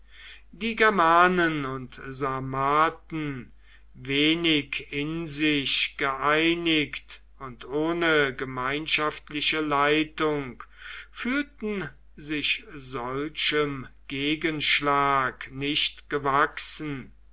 die germanen und sarmaten wenig in sich geeinigt und ohne gemeinschaftliche leitung fühlten sich solchem gegenschlag nicht gewachsen